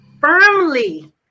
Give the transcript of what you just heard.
firmly